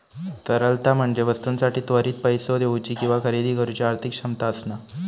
तरलता म्हणजे वस्तूंसाठी त्वरित पैसो देउची किंवा खरेदी करुची आर्थिक क्षमता असणा